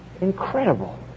Incredible